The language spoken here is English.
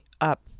up